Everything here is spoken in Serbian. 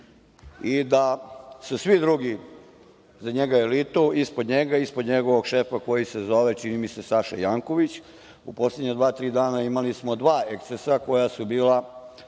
i da su svi drugi za njega elitu ispod njega, ispod njegovog šefa, koji se zove, čini mi se, Saša Janković. U poslednja dva, tri dana imali smo dva ekscesa koja su bila